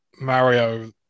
Mario